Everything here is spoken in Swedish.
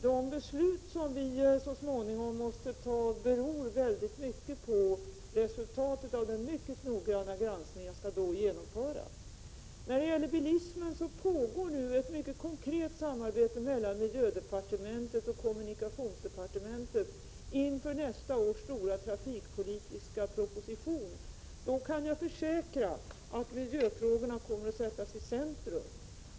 De beslut som vi så småningom måste ta beror i hög grad på resultatet av den mycket noggranna granskning som skall genomföras. När det gäller bilismen pågår nu ett mycket konkret samarbete mellan miljöoch energidepartementet och kommunikationsdepartementet inför nästa års stora trafikpolitiska proposition. Då, kan jag försäkra, kommer miljöfrågorna att sättas i centrum.